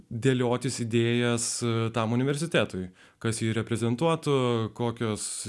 dėliotis idėjas tam universitetui kas jį reprezentuotų kokios